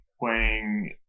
playing